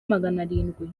maganarindwi